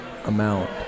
amount